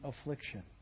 affliction